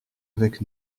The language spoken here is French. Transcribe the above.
avec